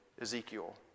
Ezekiel